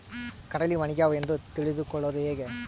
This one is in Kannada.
ಕಡಲಿ ಒಣಗ್ಯಾವು ಎಂದು ತಿಳಿದು ಕೊಳ್ಳೋದು ಹೇಗೆ?